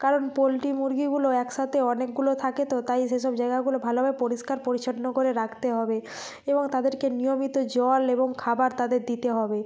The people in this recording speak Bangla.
কারণ পোলট্রি মুরগিগুলো একসাথে অনেকগুলো থাকে তো তাই সেসব জায়গাগুলো ভালোভাবে পরিষ্কার পরিচ্ছন্ন করে রাখতে হবে এবং তাদেরকে নিয়মিত জল এবং খাবার তাদের দিতে হবে